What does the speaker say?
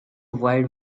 wide